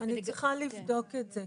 אני צריכה לבדוק את זה,